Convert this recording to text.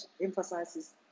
emphasizes